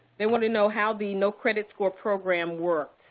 they want to know how the no-credit-score program worked.